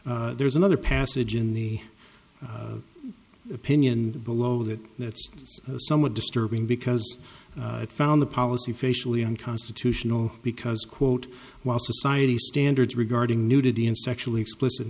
there's another passage in the opinion below that that's somewhat disturbing because it found the policy facially unconstitutional because quote while society standards regarding nudity in sexually explicit